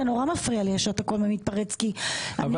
זה שאתה כל הזמן מתפרץ, זה מאוד מפריע לי.